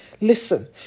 Listen